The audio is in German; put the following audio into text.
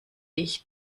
ich